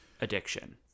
addiction